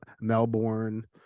melbourne